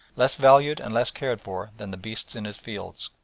less valued and less cared for than the beasts in his fields.